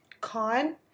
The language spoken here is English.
Con